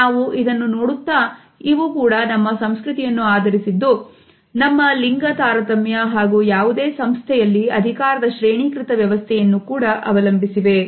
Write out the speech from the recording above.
ನಾವು ಇದನ್ನು ನೋಡುತ್ತಾ ಇವು ಕೂಡ ನಮ್ಮ ಸಂಸ್ಕೃತಿಯನ್ನು ಆಧರಿಸಿದ್ದು ನಮ್ಮ ಲಿಂಗ ತಾರತಮ್ಯ ಹಾಗೂ ಯಾವುದೇ ಸಂಸ್ಥೆಯಲ್ಲಿ ಅಧಿಕಾರದ ಶ್ರೇಣೀಕೃತ ವ್ಯವಸ್ಥೆಯನ್ನು ಕೂಡ ಅವಲಂಬಿಸಿವೆ